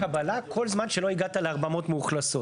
--- ועדות קבלה כל זמן שלא הגעת ל-400 מאוכלסות.